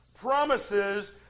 promises